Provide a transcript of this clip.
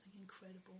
incredible